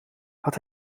had